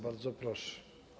Bardzo proszę.